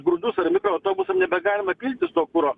grūdus ar mikroautobusam nebegalima piltis kuro